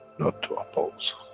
not to oppose.